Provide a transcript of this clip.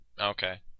Okay